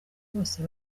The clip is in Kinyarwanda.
bose